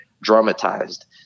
dramatized